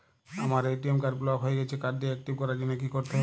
আমার ATM card block হয়ে গেছে কার্ড টি একটিভ করার জন্যে কি করতে হবে?